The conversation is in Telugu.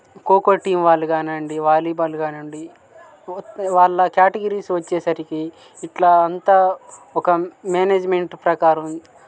కోకో టీం వాళ్ళు కానివ్వండి వాలీబాల్ కానివ్వండి వాళ్ళ కేటగిరీస్ వచ్చేసరికి ఇట్లా అంతా ఒక మేనేజ్మెంట్ ప్రకారం